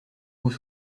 vous